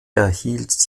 erhielt